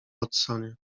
watsonie